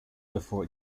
before